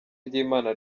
ry’imana